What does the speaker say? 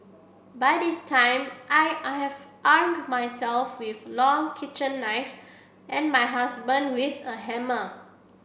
by this time I I have armed myself with long kitchen knife and my husband with a hammer